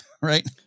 right